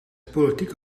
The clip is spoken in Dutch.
politiek